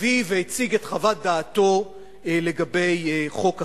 הביא והציג את חוות דעתו לגבי חוק החרם.